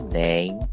name